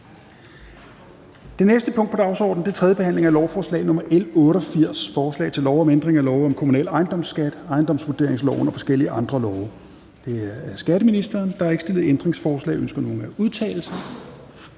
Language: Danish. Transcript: Det næste punkt på dagsordenen er: 14) 3. behandling af lovforslag nr. L 88: Forslag til lov om ændring af lov om kommunal ejendomsskat, ejendomsvurderingsloven og forskellige andre love. (Fastsættelse af dækningsafgiftspromiller, stigningsbegrænsning for foreløbig